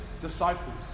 disciples